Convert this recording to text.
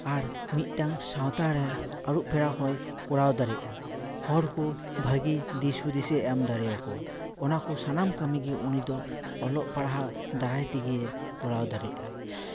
ᱟᱨ ᱢᱤᱫᱴᱟᱝ ᱥᱟᱶᱛᱟ ᱨᱮ ᱟᱹᱨᱩ ᱯᱷᱮᱨᱟᱣ ᱦᱚᱭ ᱠᱚᱨᱟᱣ ᱫᱟᱲᱮᱭᱟᱼᱟ ᱦᱚᱲᱠᱚ ᱵᱷᱟᱹᱜᱤ ᱫᱤᱥ ᱦᱩᱫᱤᱥᱮ ᱮᱢ ᱫᱟᱲᱮᱭᱼᱠᱚᱣᱟ ᱚᱱᱟ ᱠᱚ ᱥᱟᱱᱟᱢ ᱠᱟᱹᱢᱤᱜᱮ ᱩᱱᱤ ᱫᱚ ᱚᱞᱚᱜ ᱯᱟᱲᱦᱟᱣ ᱫᱟᱨᱟᱭ ᱛᱮᱜᱮᱭ ᱠᱚᱨᱟᱣ ᱫᱟᱲᱮᱭᱟᱼᱟ